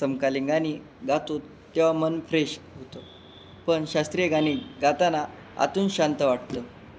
समकालीन गाणी गातो तेव्हा मन फ्रेश होतं पण शास्त्रीय गाणी गाताना आतून शांत वाटलं